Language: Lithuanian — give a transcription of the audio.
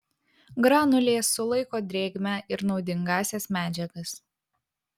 granulės sulaiko drėgmę ir naudingąsias medžiagas